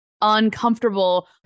uncomfortable